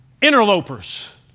interlopers